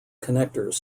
connectors